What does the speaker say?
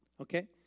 Okay